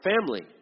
family